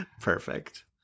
Perfect